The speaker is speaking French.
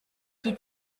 qui